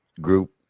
group